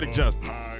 justice